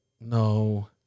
No